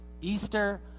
Easter